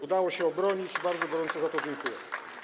Udało się to obronić i bardzo gorąco za to dziękuję.